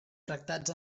tractats